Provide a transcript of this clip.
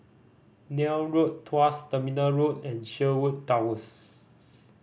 Neil Road Tuas Terminal Road and Sherwood Towers